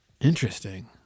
Interesting